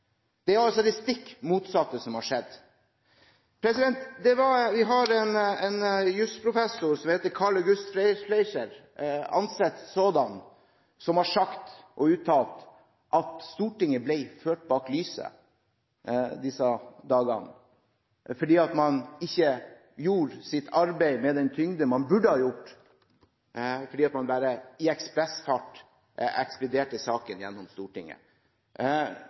det er altså det stikk motsatte som har skjedd. Jussprofessor Carl August Fleischer – ansett sådan – har uttalt at Stortinget ble ført bak lyset disse dagene, man utførte ikke sitt arbeid med den tyngde man burde hatt, fordi man bare i ekspressfart ekspederte saken igjennom Stortinget.